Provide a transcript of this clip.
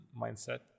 mindset